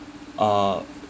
uh